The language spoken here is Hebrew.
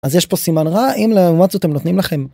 אז יש פה סימן רע, אם לעומת זאת הם נותנים לכם.